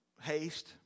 haste